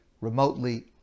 remotely